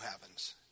heavens